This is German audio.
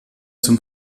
zum